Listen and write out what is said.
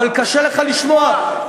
אבל קשה לך לשמוע.